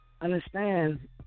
understand